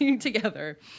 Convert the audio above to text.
together